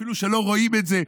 אפילו שלא רואים את זה,